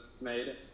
made